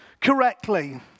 correctly